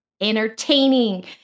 entertaining